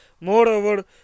moreover